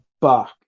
back